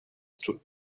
through